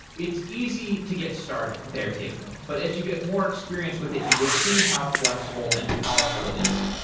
it's easy to get started with airtable, but as you get more experience with it, you will see how flexible and powerful it is.